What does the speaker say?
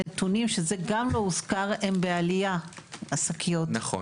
יותר כדי להגן על הסביבה שלנו כי קיבלנו אותה